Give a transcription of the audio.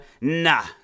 Nah